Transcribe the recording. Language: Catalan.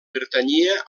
pertanyia